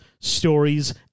stories